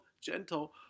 gentle